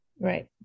Right